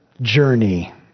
journey